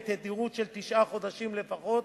בתדירות של תשעה חודשים לפחות,